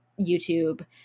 YouTube